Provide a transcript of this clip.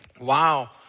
wow